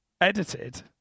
edited